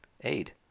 aid